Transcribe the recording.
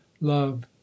love